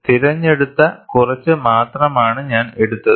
തിരഞ്ഞെടുത്ത കുറച്ച് മാത്രമാണ് ഞാൻ എടുത്തത്